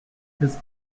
his